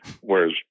Whereas